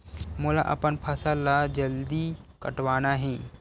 मोला अपन फसल ला जल्दी कटवाना हे?